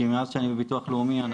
כי מאז שאני בביטוח לאומי.